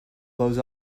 blows